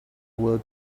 will